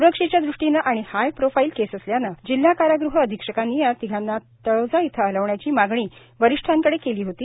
स्रक्षेच्या दृष्टीने आणि हाय प्रोफाइल केस असल्यानं जिल्हा कारागृह अधीक्षकांनी या तिघांना तळोजा येथे हलविण्याची मागणी वरिष्ठांकडे केली होती